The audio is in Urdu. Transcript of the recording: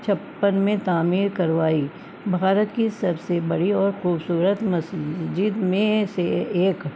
چھپن میں تعمیر کروائی بھارت کی سب سے بڑی اور خوبصورت مسجد میں سے ایک